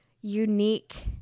unique